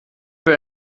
für